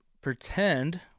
pretend